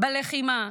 בלחימה.